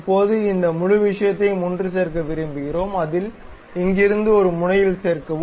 இப்போது இந்த முழு விஷயத்தையும் ஒன்று சேர்க்க விரும்புகிறோம் அதை இங்கிருந்து ஒரு முனையில் சேர்க்கவும்